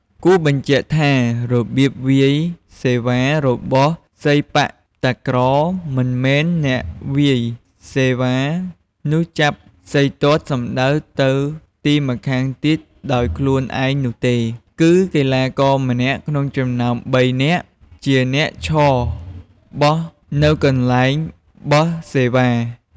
គួរបញ្ជាក់ថា របៀបវាយសេវារបស់សីប៉ាក់តាក្រមិនមែនអ្នកវាយសេវានោះចាប់សីទាត់ សំដៅទៅទីម្ខាងទៀតដោយខ្លួនឯងនោះទេ គឺកីឡាករម្នាក់ក្នុងចំណោម ៣ នាក់ជាអ្នកឈរបោះនៅកន្លែងបោះសេវា ។